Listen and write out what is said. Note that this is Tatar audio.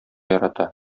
ярата